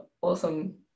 awesome